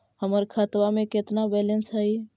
हमर खतबा में केतना बैलेंस हई?